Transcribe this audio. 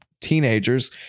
teenagers